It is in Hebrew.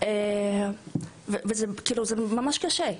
זה ממש קשה.